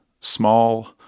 small